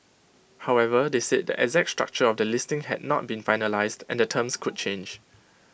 however they said the exact structure of the listing had not been finalised and the terms could change